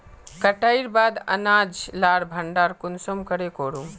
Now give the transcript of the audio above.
कटाईर बाद अनाज लार भण्डार कुंसम करे करूम?